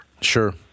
Sure